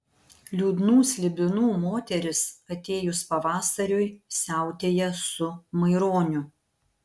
liūdnų slibinų moteris atėjus pavasariui siautėja su maironiu